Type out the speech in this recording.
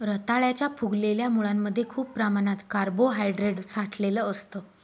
रताळ्याच्या फुगलेल्या मुळांमध्ये खूप प्रमाणात कार्बोहायड्रेट साठलेलं असतं